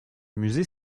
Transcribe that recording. musée